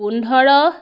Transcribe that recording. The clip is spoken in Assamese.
পোন্ধৰ